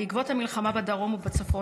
בעקבות המלחמה בדרום ובצפון,